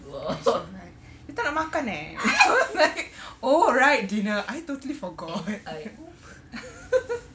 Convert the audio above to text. and she was like you tak nak makan eh and I was like oh right dinner I totally forgot